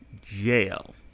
jail